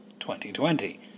2020